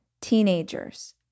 teenagers